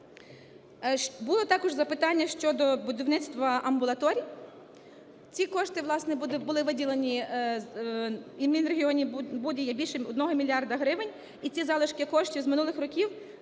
Було також запитання щодо будівництва амбулаторій. Ці кошти, власне, були виділені, і в Мінрегіонбуді є більше одного мільярда гривень, і ці залишки коштів з минулих років